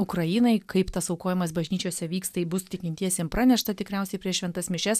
ukrainai kaip tas aukojamas bažnyčiose vyks tai bus tikintiesiem pranešta tikriausiai prieš šventas mišias